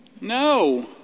No